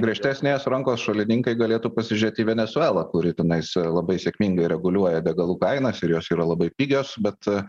griežtesnės rankos šalininkai galėtų pasižiūrėt į venesuelą kuri tenais labai sėkmingai reguliuoja degalų kainas ir jos yra labai pigios bet